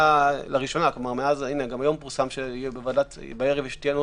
לראשונה גם היום פורסם שבערב תהיה עוד